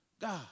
God